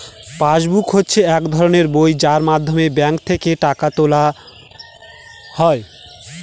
pass book হচ্ছে এক ধরনের বই যার মাধ্যমে ব্যাঙ্ক থেকে টাকা তোলা হয়